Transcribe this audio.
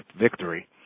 victory